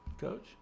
Coach